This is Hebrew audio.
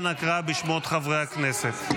אנא קרא בשמות חברי הכנסת.